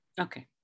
Okay